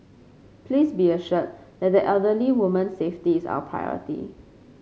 please be assured that the elderly woman's safety is our priority